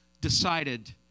decided